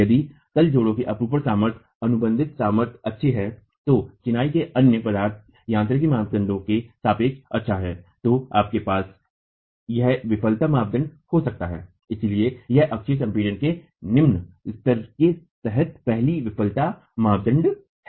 यदि तल जोड़ की अपरूपण सामर्थ्य अनुबंधित सामर्थ्य अच्छी नहीं है तो चिनाई के अन्य पदार्थ यांत्रिक मापदंडों के सापेक्ष अच्छा है तो आपके पास यह विफलता मानदंड हो सकता है इसलिए यह अक्षीय संपीड़न के निम्न स्तर के तहत पहली विफलता मानदंड है